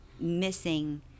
missing